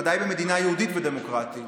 ודאי במדינה יהודית ודמוקרטית,